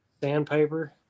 Sandpaper